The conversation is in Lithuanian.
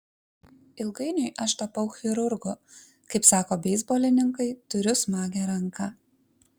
ilgainiui aš tapau chirurgu kaip sako beisbolininkai turiu smagią ranką